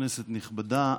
כנסת נכבדה,